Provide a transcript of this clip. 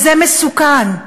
וזה מסוכן.